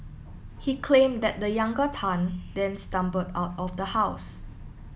he claimed that the younger Tan then stumbled out of the house